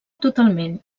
totalment